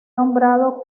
nombrado